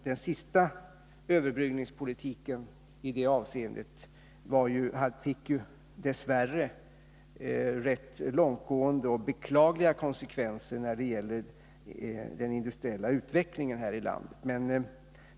Den sista överbryggningspolitiken i det syftet fick ju dess värre rätt långtgående och beklagliga konsekvenser för den industriella utvecklingen här i landet.